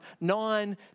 nine